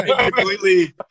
completely